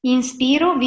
Inspiro